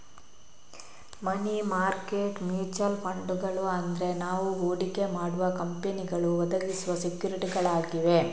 ಮನಿ market mutual ಫಂಡುಗಳು ಅಂದ್ರೆ ನಾವು ಹೂಡಿಕೆ ಮಾಡುವ ಕಂಪನಿಗಳು ಒದಗಿಸುವ ಸೆಕ್ಯೂರಿಟಿಗಳಾಗಿವೆ